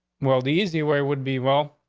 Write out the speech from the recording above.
well, the easy where would be well,